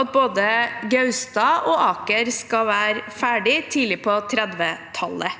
at både Gaustad og Aker skal være ferdig tidlig på 2030-tallet.